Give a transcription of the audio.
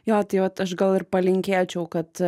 jo tai vat aš gal ir palinkėčiau kad